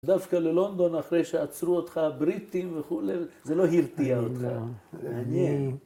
‫דווקא ללונדון, אחרי שעצרו אותך ‫בריטים וכולי, זה לא הרתיע אותך. ‫מעניין.